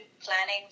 planning